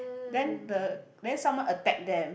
then the then someone attack them